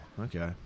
okay